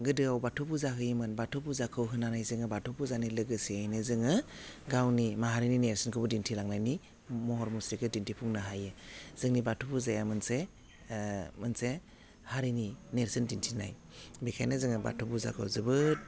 गोदोआव बाथौ फुजा होयोमोन बाथौ फुजाखौ होनानै जोङो बाथौ फुजानि लोगोसेयैनो जोङो गावनि माहारिनि नेर्सोनखौबो दिन्थिलांनायनि महर मुस्रिखौ दिन्थिफुंनो हायो जोंनि बाथौ फुजाया मोनसे मोनसे हारिनि नेर्सोन दिन्थिनाय बेखायनो जोङो बाथौ फुजाखौ जोबोद